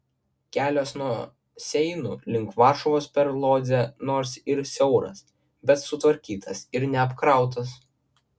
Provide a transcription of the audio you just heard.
kelias nuo seinų link varšuvos per lodzę nors ir siauras bet sutvarkytas ir neapkrautas